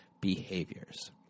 behaviors